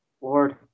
Lord